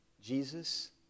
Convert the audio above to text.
Jesus